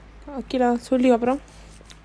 okay lah சொல்லுஅப்புறம்:sollu apuram